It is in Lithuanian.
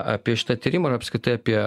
apie šitą tyrimą ir apskritai apie